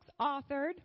authored